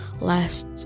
last